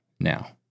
now